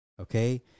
Okay